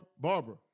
Barbara